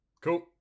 Cool